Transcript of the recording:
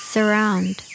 Surround